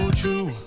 true